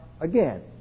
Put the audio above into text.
again